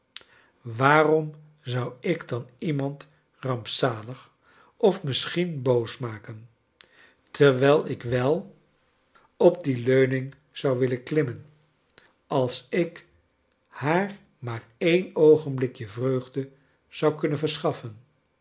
waarom zou ik j dan iemand rarnpzalig of misschien j boos maken terwijl ik wel op die i j leuning zou willen klimmen als ik haar maar een oogenblikje vreugde zou kunnen vers